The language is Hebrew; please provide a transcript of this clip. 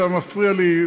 אתה מפריע לי,